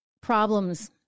problems